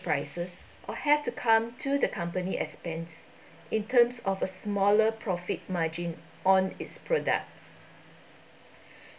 prices or have to come to the company expense in terms of a smaller profit margin on its products